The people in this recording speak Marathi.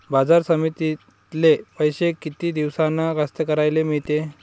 बाजार समितीतले पैशे किती दिवसानं कास्तकाराइले मिळते?